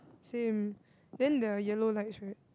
same then the yellow lights right